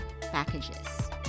packages